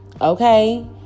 Okay